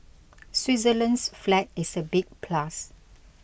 Switzerland's flag is a big plus